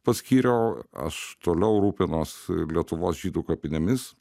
paskyriau o aš toliau rūpinos lietuvos žydų kapinėmis